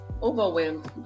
overwhelmed